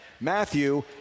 Matthew